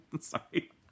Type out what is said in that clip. Sorry